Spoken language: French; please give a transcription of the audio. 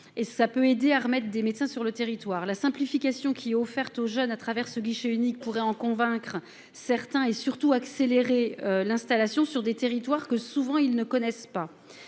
besoin, peut aider à remettre des médecins sur le territoire. La simplification offerte aux jeunes à travers ce guichet unique pourrait convaincre certains et, surtout, accélérer l'installation sur des territoires que, souvent, ils ne connaissent pas.